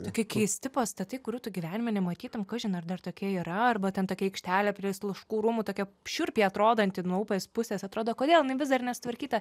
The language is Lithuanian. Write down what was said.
tokie keisti pastatai kurių tu gyvenime nematytum kažin ar dar tokie yra arba ten tokia aikštelė prie sluškų rūmų tokia šiurpiai atrodanti nuo upės pusės atrodo kodėl jinai vis dar nesutvarkyta